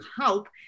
help